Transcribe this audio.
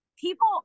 People